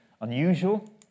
unusual